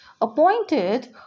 appointed